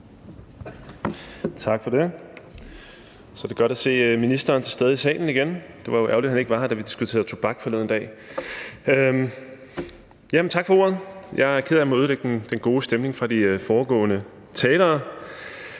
Tak for det. Det er godt at se ministeren til stede i salen igen. Det var jo ærgerligt, at han ikke var her, da vi diskuterede tobak forleden dag. Tak for ordet. Jeg er ked af at måtte ødelægge den gode stemning hos de foregående talere.